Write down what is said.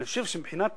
אני חושב שמבחינת